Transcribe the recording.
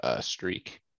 streak